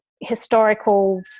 Historical